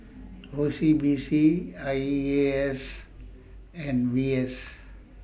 O C B C I E A S and V S